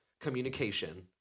communication